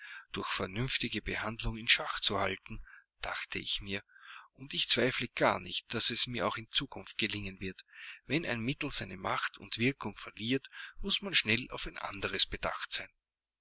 durch vernünftige behandlung im schach zu halten dachte ich bei mir und ich zweifle gar nicht daß es mir auch in zukunft gelingen wird wenn ein mittel seine macht und wirkung verliert muß man schnell auf ein anderes bedacht